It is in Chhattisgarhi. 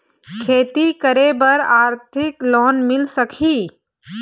खेती करे बर आरथिक लोन मिल सकही?